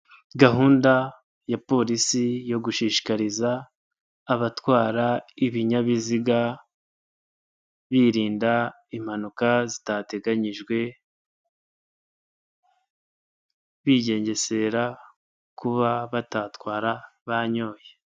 Gahunda ya polisi yo gushishikariza abatwara ibinyabiziga, birinda impanuka zitateganyijwe, bigengesera kuba batatwara banyoye.